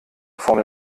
formel